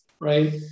right